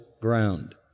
ground